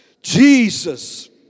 Jesus